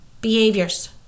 behaviors